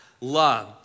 love